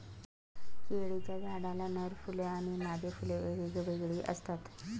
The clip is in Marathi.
केळीच्या झाडाला नर फुले आणि मादी फुले वेगवेगळी असतात